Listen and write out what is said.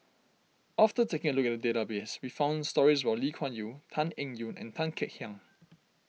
after taking a look at the database we found stories about Lee Kuan Yew Tan Eng Yoon and Tan Kek Hiang